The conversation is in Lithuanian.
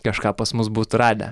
kažką pas mus būtų radę